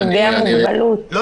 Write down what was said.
אלה